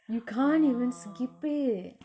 you can't even skip it